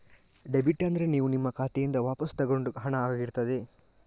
debit ಅಂದ್ರೆ ನೀವು ನಿಮ್ಮ ಖಾತೆಯಿಂದ ವಾಪಸ್ಸು ತಗೊಂಡ ಹಣ ಆಗಿರ್ತದೆ